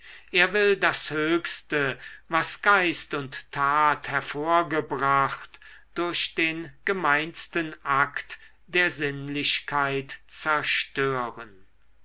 er will das höchste was geist und tat hervorgebracht durch den gemeinsten akt der sinnlichkeit zerstören